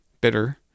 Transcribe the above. Bitter